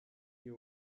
die